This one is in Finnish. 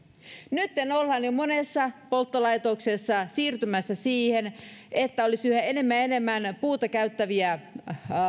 nytten ollaan jo monessa polttolaitoksessa siirtymässä siihen että olisi yhä enemmän ja enemmän puuta käyttäviä